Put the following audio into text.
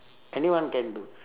anyone can do